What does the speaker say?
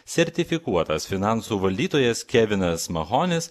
sertifikuotas finansų valdytojas kevinas mahonis